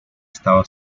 estaba